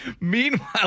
Meanwhile